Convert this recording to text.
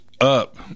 up –